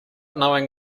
knowing